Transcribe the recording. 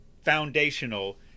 foundational